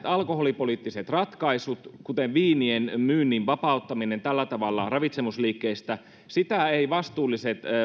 alkoholipoliittisia ratkaisuja kuten viinien myynnin vapauttaminen tällä tavalla ravitsemusliikkeistä eivät vastuulliset